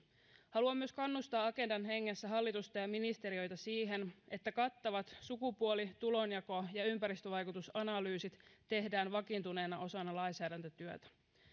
haluan myös kannustaa agendan hengessä hallitusta ja ministeriöitä siihen että kattavat sukupuoli tulonjako ja ja ympäristövaikutusanalyysit tehdään vakiintuneena osana lainsäädäntötyötä